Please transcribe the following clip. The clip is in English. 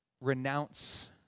renounce